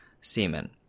semen